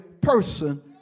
person